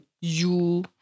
you-